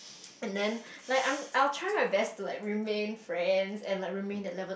and then like I'm I will try my best to like remain friends and remain that level